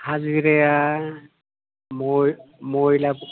हाजिराया महिला